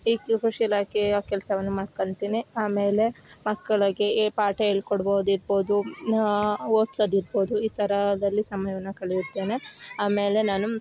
ಈ ಕೃಷಿ ಇಲಾಖೆಯ ಕೆಲ್ಸವನ್ನು ಮಾಡ್ಕೋತೀನಿ ಆಮೇಲೆ ಮಕ್ಕಳಿಗೆ ಎ ಪಾಠ ಹೇಳ್ ಕೊಡ್ಬೋದು ಇರ್ಬೌದು ಇನ್ನು ಓದ್ಸೋದು ಇರ್ಬೌದು ಈ ಥರದಲ್ಲಿ ಸಮಯವನ್ನು ಕಳೆಯುತ್ತೇನೆ ಆಮೇಲೆ ನಾನು